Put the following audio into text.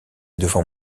devant